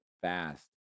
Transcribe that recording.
fast